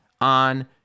on